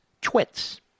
twits